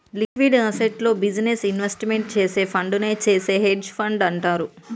liquid అసెట్స్లో business investment చేసే ఫండునే చేసే హెడ్జ్ ఫండ్ అంటారు